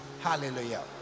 Hallelujah